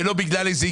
ומה אני עושה בצהרון?